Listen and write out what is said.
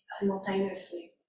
simultaneously